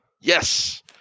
Yes